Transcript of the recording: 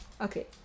Okay